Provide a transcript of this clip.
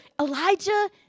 Elijah